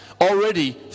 already